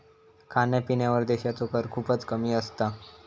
खाण्यापिण्यावर देशाचो कर खूपच कमी असता